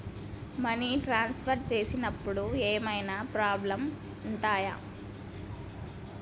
Money transfer చేసేటప్పుడు ఏమైనా problems ఉంటయా?